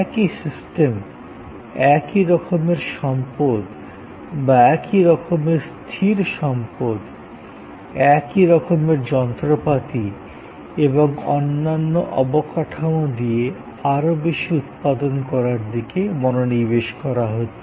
একই সিস্টেম একই রকমের সম্পদ বা একই রকমের স্থির সম্পদ একই রকমের যন্ত্রপাতি এবং অন্যান্য অবকাঠামো দিয়ে আরও বেশি উৎপাদন করার দিকে মনোনিবেশ করা হচ্ছে